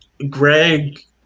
Greg